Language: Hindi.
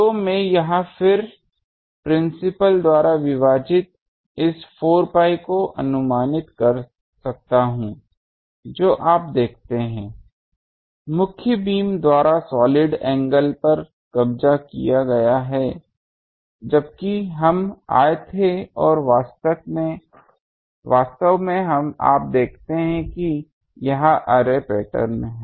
तो मैं यहाँ फिर प्रिंसिपल द्वारा विभाजित इस 4 pi को अनुमानित कर सकता हूँ जो आप देखते हैं मुख्य बीम द्वारा सॉलिड एंगल पर कब्जा कर लिया है जबकि हम आए थे और वास्तव में आप देखते हैं कि यह अर्रे पैटर्न है